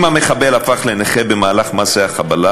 אם המחבל הפך לנכה במהלך מעשה החבלה,